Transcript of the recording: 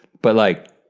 but like,